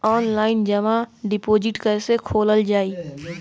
Online जमा deposit कैसे खोलल जाइ?